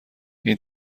این